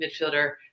midfielder